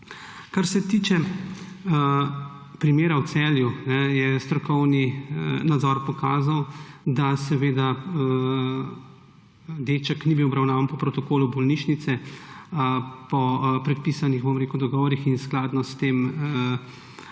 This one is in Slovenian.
Kar se tiče primera v Celju, je strokovni nadzor pokazal, da deček ni bil obravnavan po protokolu bolnišnice, po predpisanih dogovorih, in skladno s tem